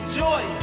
joy